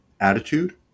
attitude